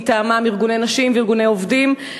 ארגוני נשים וארגוני עובדים,